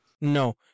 No